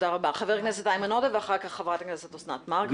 חבר הכנסת אימן עודה ואחר כך חברת הכנסת אוסנת מארק.